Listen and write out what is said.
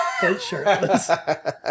shirtless